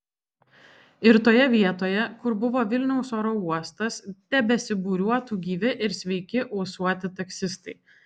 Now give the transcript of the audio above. ir toje vietoje kur buvo vilniaus oro uostas tebesibūriuotų gyvi ir sveiki ūsuoti taksistai